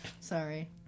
Sorry